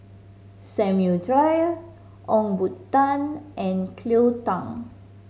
Samuel Dyer Ong Boon Tat and Cleo Thang